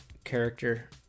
character